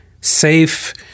safe